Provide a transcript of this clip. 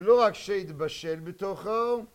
לא רק שהתבשל בתוכו